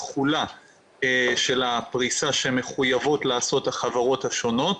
בתחולה של הפריסה שמחויבות לעשות החברות השונות.